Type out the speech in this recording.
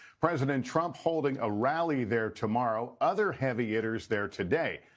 president trump holding a rally there tomorrow other heavy hitters there today.